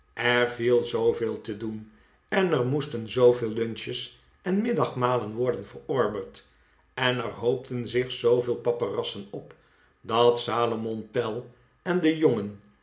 er viel zooveel te doen en er moesten zooveel lunches en middagmalen worden verorberd en er hoopten zich zooveel paperassen op dat salomon pell en de jongen